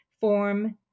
Form